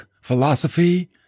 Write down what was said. philosophy